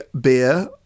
Beer